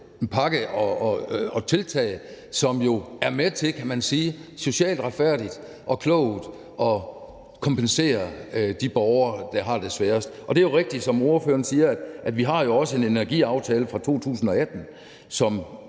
pakke af tiltag, som jo – kan man sige – er med til socialt retfærdigt og klogt at kompensere de borgere, der har det sværest. Og det er jo rigtigt, som ordføreren siger, at vi har en energiaftale fra 2018, som